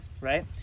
Right